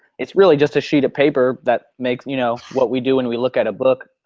it's really just a sheet of paper that makes you know what we do when we look at a book.